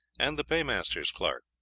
and the paymaster's clerk.